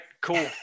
cool